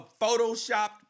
Photoshopped